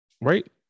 Right